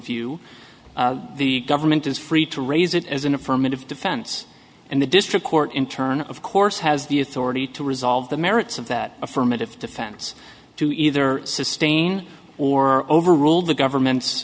review the government is free to raise it as an affirmative defense and the district court in turn of course has the authority to resolve the merits of that affirmative defense to either sustain or overruled the government's